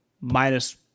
minus